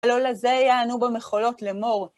לא לזה יענו במחולות לאמור.